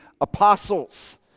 apostles